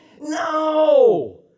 No